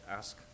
ask